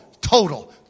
total